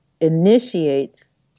initiates